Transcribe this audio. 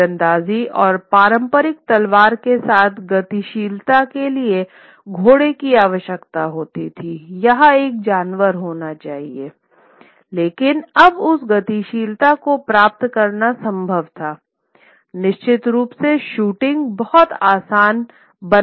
तीरंदाजी और पारंपरिक तलवार के साथ गतिशीलता के लिए घोड़े की आवश्यकता होती है या एक जानवर होना चाहिए लेकिन अब उस गतिशीलता को प्राप्त करना संभव है निश्चित रूप से शूटिंग बहुत आसान बना देती है